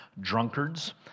drunkards